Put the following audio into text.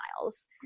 miles